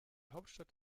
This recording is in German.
hauptstadt